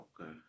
Okay